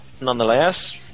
nonetheless